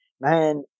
Man